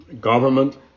government